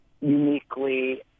uniquely